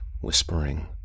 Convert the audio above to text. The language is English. whispering